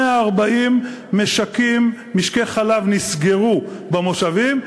140 משקי חלב נסגרו במושבים,